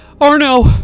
Arno